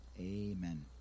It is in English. amen